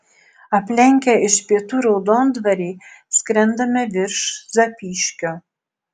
aplenkę iš pietų raudondvarį skrendame virš zapyškio